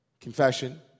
confession